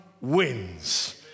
wins